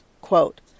Quote